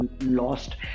lost